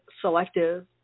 selective